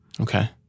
Okay